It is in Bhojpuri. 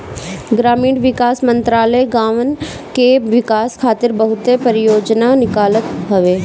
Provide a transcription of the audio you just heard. ग्रामीण विकास मंत्रालय गांवन के विकास खातिर बहुते परियोजना निकालत हवे